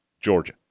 Georgia